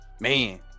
man